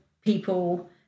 people